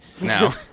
No